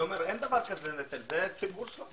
הציבור שלך.